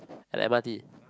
at the M_R_T